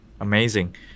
Amazing